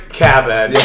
cabin